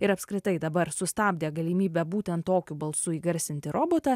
ir apskritai dabar sustabdė galimybę būtent tokiu balsu įgarsinti robotą